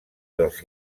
dels